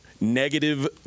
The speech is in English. Negative